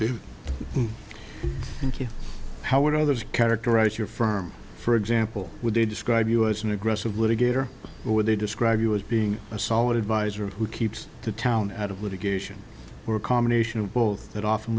q how would others characterize your firm for example would they describe you as an aggressive litigator who they describe you as being a solid advisor who keeps the town out of litigation or a combination of both that often